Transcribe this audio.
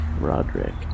Roderick